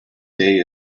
day